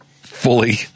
fully